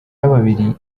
y’ababiligi